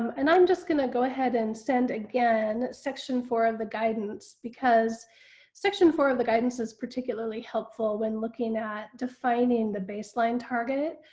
um and i'm just gonna go ahead and send again section four of the guidance, because section four of the guidance is particularly helpful when looking at defining the baseline target.